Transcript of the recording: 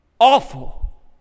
awful